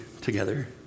together